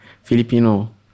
Filipino